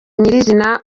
nyir’izina